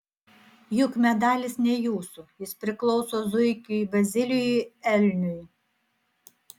juk medalis ne jūsų jis priklauso zuikiui bazilijui elniui